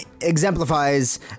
exemplifies